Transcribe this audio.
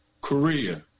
korea